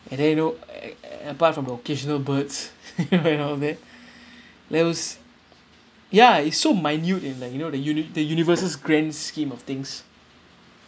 and then you know a~ apart from the occasional birds and all that that was ya it's so minute and like you know the uni~ the universe's grand scheme of things